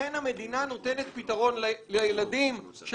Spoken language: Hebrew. לכן המדינה נותנת פתרון לילדים של